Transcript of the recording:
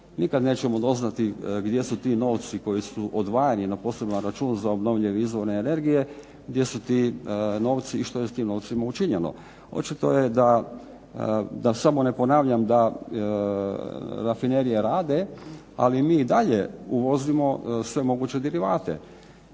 Nikada nećemo saznati gdje su ti novci koji su odvajani na poseban račun za obnovljive izvore energije gdje su ti novci i što je s tim novcima učinjeno. Očito je, da samo ne ponavljam da rafinerije rade ali mi i dalje uvozimo sve moguće derivate.